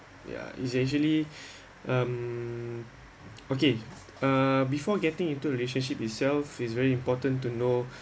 ya it's actually um okay uh before getting into a relationship itself is very important to know